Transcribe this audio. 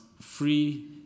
free